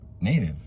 native